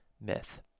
myth